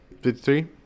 Fifty-three